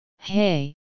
Hey